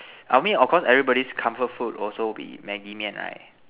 I mean of course everybody's comfort food will also be Maggie Mian right